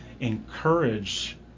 encourage